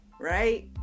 right